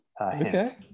Okay